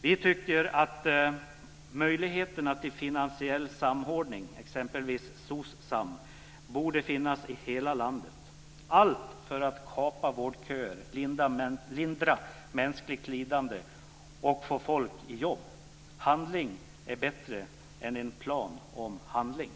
Vi tycker att möjligheterna till finansiell samordning, exempelvis SOCSAM, borde finnas i hela landet - allt för att kapa vårdköer, lindra mänskligt lidande och få folk i jobb. Handling är bättre än en plan för handling.